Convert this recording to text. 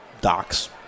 Docs